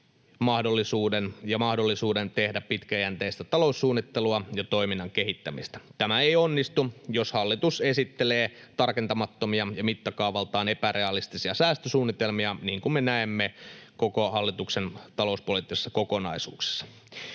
mahdollisuuden ja mahdollisuuden tehdä pitkäjänteistä taloussuunnittelua ja toiminnan kehittämistä. Tämä ei onnistu, jos hallitus esittelee tarkentamattomia ja mittakaavaltaan epärealistisia säästösuunnitelmia, niin kuin me näemme koko hallituksen talouspoliittisissa kokonaisuuksissa.